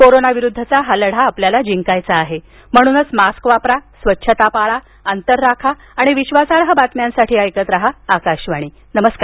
corona विरुद्धचा हा लढा आपल्याला जिंकायचा आहे म्हणूनच मास्क वापरा स्वच्छता पाळा अंतर राखा आणि विश्वासार्ह बातम्यांसाठी ऐकत रहा आकाशवाणी नमस्कार